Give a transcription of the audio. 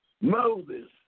Moses